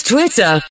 Twitter